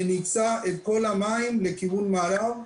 מריצה את כל המים לכיוון מערב,